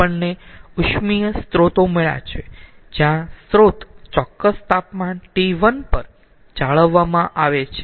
આપણને ઉષ્મીય સ્ત્રોતો મળ્યા છે જ્યાં સ્ત્રોત ચોક્કસ તાપમાન T1 પર જાળવવામાં આવે છે